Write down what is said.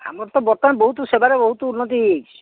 ଆମର ତ ବର୍ତ୍ତମାନ ବହୁତ ସେବାରେ ବହୁତ ଉନ୍ନତି ହେଇଯାଇଛି